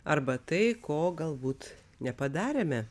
arba tai ko galbūt nepadarėme